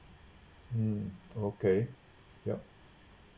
mm okay yup